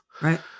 Right